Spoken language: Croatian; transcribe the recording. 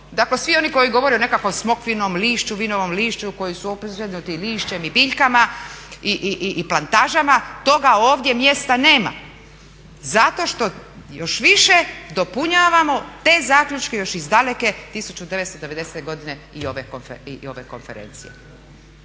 Dakle, svi oni koji govore o nekakvom smokvinom lišću, vinovom lišću, koji su opsjednuti lišćem i biljkama i plantažama toga ovdje mjesta nema. Zato što još više dopunjavamo te zaključke još iz daleke 1990. godine i ove konferencije.